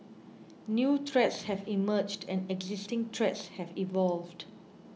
new threats have emerged and existing threats have evolved